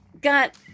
got